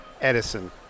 Edison